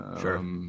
Sure